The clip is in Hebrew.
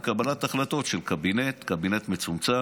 עם קבלת החלטות של קבינט מצומצם,